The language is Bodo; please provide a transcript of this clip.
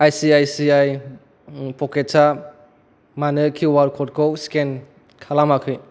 I C I C I प'केट्सआ मानो किउ आर क'डखौ स्केन खालामाखै